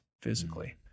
physically